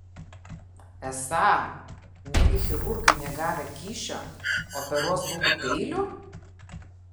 esą negi chirurgai negavę kyšio operuos buku peiliu